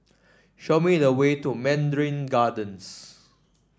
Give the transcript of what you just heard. show me the way to Mandarin Gardens